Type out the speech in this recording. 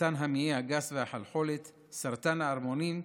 סרטן המעי הגס והחלחולת, סרטן הערמונית,